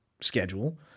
schedule